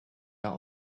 out